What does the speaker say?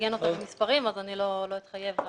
לעגן אותה במספרים ולכן אני לא אתחייב להם.